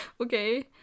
Okay